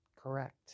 correct